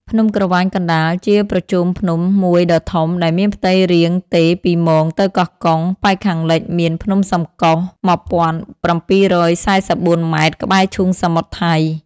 ភ្នំក្រវាញកណ្តាល ជាប្រជុំភ្នំមួយដ៏ធំ ដែលមានផ្ទៃរាងទេរពីមោងទៅកោះកុង ប៉ែកខាងលិចមាន ភ្នំសំកុះ ១ ៧៤៤ ម៉ែត្រ ក្បែរឈូងសមុទ្រថៃ ។